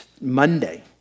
Monday